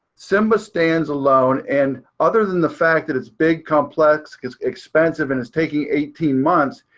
simba stands alone. and other than the fact that it's big, complex, it's expensive, and it's taking eighteen months,